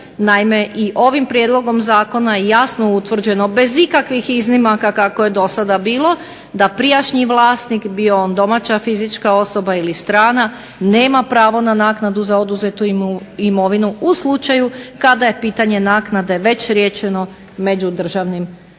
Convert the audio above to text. Naime, i ovim prijedlogom zakona je jasno utvrđeno bez ikakvih iznimaka kako je dosada bilo da prijašnji vlasnik, bio on domaća fizička osoba ili strana, nema pravo na naknadu za oduzetu imovinu u slučaju kada je pitanje naknade već riješeno međudržavnim sporazumima.